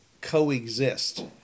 coexist